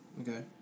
Okay